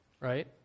right